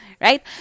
right